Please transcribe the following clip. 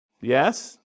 Yes